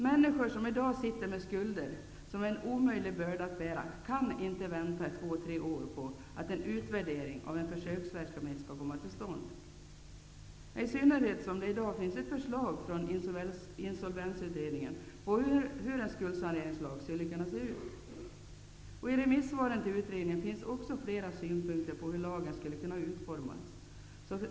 Människor som i dag sitter med skulder som är en omöjlig börda att bära kan inte vänta i två tre år på att en utvärdering av en försöksverksamhet skall komma till stånd, i synnerhet inte som det i dag finns ett förslag från Insolvensutredningen om hur en skuldsaneringslag skulle kunna se ut. I remissvaren till utredningen finns också flera synpunkter på hur lagen skulle kunna utformas.